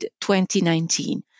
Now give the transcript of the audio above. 2019